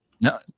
No